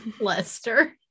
lester